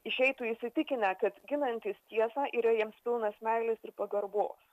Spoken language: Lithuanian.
išeitų įsitikinę kad ginantys tiesą yra jiems pilnas meilės ir pagarbos